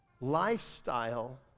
lifestyle